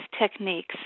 techniques